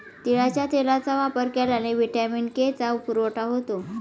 तिळाच्या तेलाचा वापर केल्याने व्हिटॅमिन के चा पुरवठा होतो